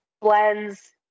blends